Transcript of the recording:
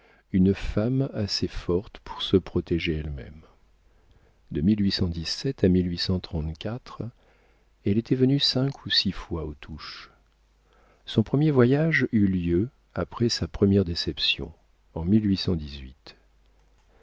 une femme assez forte pour se protéger elle-même de à elle était venue cinq ou six fois aux touches son premier voyage eut lieu après sa première déception en